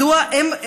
מדוע הם,